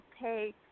pay